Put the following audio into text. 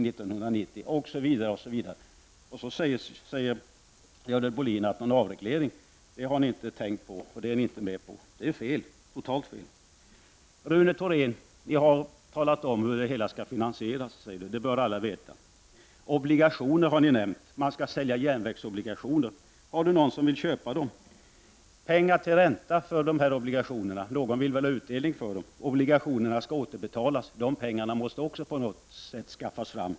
Ändå säger Görel Bohlin: Någon avreglering har ni inte tänkt på och vill ni inte gå med på. Det är totalt fel. Rune Thorén säger att man har talat om hur det hela skall finansieras -- det bör alla veta. Ni har nämnt att man bör sälja järnvägsobligationer. Kan ni peka på några som vill köpa dem? Finns det pengar till ränta till dem som vill ha dessa obligationer? Man vill väl ha utdelning på dem. Obligationerna skall också återbetalas, och pengarna till detta måste på något sätt skaffas fram.